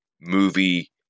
movie